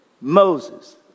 Moses